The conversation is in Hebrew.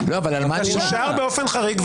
והוא אושר באופן חריג,